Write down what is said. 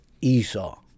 Esau